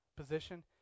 position